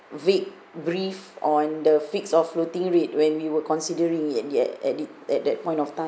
vague brief on the fixed or floating rate when we were considering it at at the at that point of time